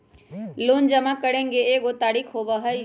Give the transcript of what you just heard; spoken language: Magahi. लोन जमा करेंगे एगो तारीक होबहई?